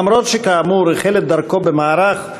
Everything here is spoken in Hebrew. אף שכאמור החל את דרכו במערך,